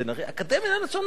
האקדמיה ללשון עברית.